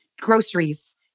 groceries